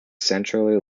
centrally